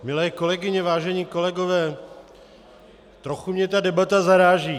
Milé kolegyně, vážení kolegové, trochu mě ta debata zaráží.